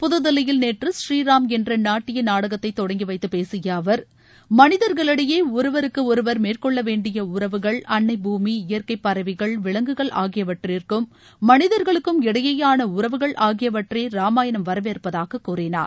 புதுதில்லியில் நேற்று ஸ்ரீராம் என்ற நாட்டிய நாடகத்தை தொடங்கி வைத்து பேசிய அவர் மனிதர்களிடையே ஒருவருக்கு ஒருவர் மேற்கொள்ள வேண்டிய உறவுகள் அண்னை பூமி இயற்கை பறகைள் விலங்குகள் ஆகியவற்றுக்கும் மனிதர்களுக்கும் இடையேயான உறவுகள் ஆகியவற்றை ராமாயணம் வரவேற்பதாக கூறினார்